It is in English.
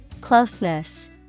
Closeness